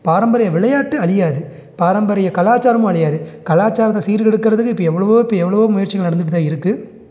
பாரம்பரிய விளையாட்டு அழியாது பாரம்பரிய கலாச்சாரமும் அழியாது கலாச்சாரத்தை சீர்கெடுக்கிறதுக்கு இப்போ எவ்வளோவோ இப்போ எவ்வளோவோ முயற்சிகள் நடந்துக்கிட்டு தான் இருக்குது